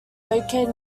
located